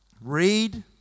Read